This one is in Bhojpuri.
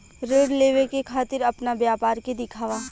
ऋण लेवे के खातिर अपना व्यापार के दिखावा?